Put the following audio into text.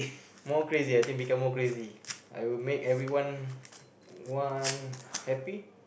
more crazy I think become more crazy I will make everyone one happy